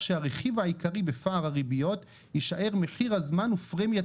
שהרכיב העיקרי בפער הריביות ישאר מחיר הזמן ופרמיית